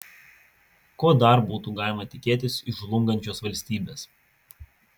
ko dar būtų galima tikėtis iš žlungančios valstybės